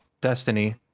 destiny